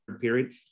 period